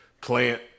plant